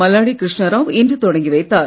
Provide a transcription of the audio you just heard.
மல்லாடி கிருஷ்ணா ராவ் இன்று தொடங்கி வைத்தார்